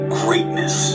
greatness